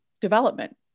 development